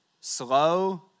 slow